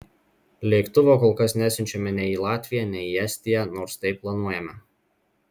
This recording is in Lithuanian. lėktuvo kol kas nesiunčiame nei į latviją nei į estiją nors tai planuojame